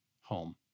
home